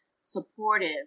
supportive